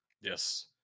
Yes